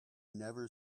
never